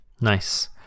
Nice